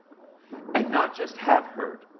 and not just have heard,